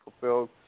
fulfilled